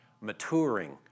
maturing